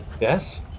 Yes